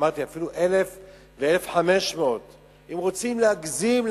אמרתי אפילו 1,000 או 1,500. אם רוצים להגזים,